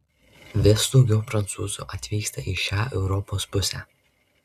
vis daugiau prancūzų atvyksta į šią europos pusę